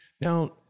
Now